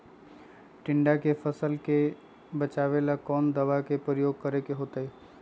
टिड्डा से फसल के बचावेला कौन दावा के प्रयोग करके होतै?